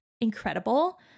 incredible